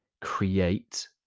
create